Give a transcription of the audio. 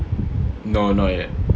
no not yet